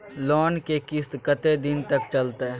Loan के किस्त कत्ते दिन तक चलते?